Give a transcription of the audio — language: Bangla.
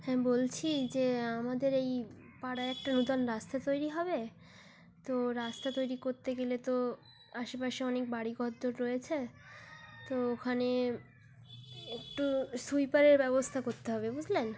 হ্যাঁ বলছি যে আমাদের এই পাড়ায় একটা নতুন রাস্তা তৈরি হবে তো রাস্তা তৈরি করতে গেলে তো আশেপাশে অনেক বাড়ি ঘরদোর রয়েছে তো ওখানে একটু সুইপারের ব্যবস্থা করতে হবে বুঝলেন